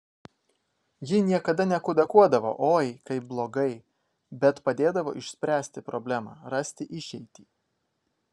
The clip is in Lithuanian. ji niekada nekudakuodavo oi kaip blogai bet padėdavo išspręsti problemą rasti išeitį